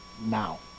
now